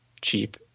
cheap